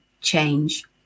change